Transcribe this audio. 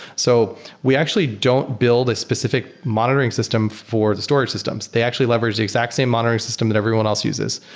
so we actually don't build a specific monitoring system for the storage systems. they actually leverage the exact same monitoring system that everyone else uses.